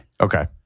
Okay